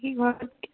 কি হয়